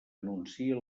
anuncia